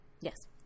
Yes